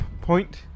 point